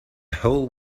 whole